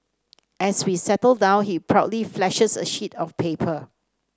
as we settle down he proudly flashes a sheet of paper